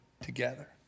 together